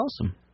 awesome